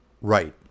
Right